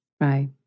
Right